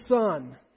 son